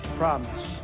promise